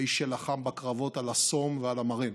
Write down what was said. האיש שלחם בקרבות על הסום ועל המארן.